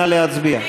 נא להצביע.